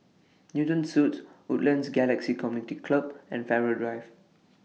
Newton Suites Woodlands Galaxy Community Club and Farrer Drive